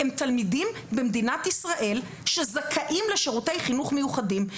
הם תלמידים במדינת ישראל שזכאים לשירותי חינוך מיוחדים.